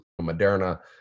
Moderna